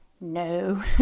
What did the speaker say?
No